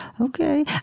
Okay